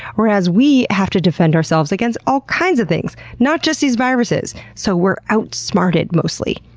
whereas we have to defend ourselves against all kinds of things not just these viruses! so we're outsmarted mostly.